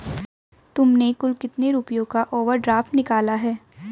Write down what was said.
तुमने कुल कितने रुपयों का ओवर ड्राफ्ट निकाला है?